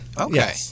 Okay